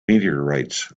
meteorites